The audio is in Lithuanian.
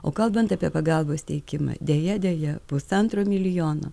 o kalbant apie pagalbos teikimą deja deja pusantro milijono